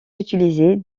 utilisée